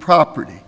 property